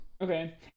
Okay